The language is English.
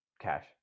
Cash